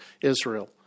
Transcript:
Israel